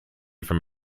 from